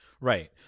Right